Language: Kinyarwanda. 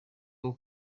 uwo